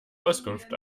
auskunft